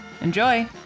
enjoy